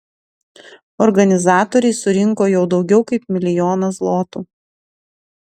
organizatoriai surinko jau daugiau kaip milijoną zlotų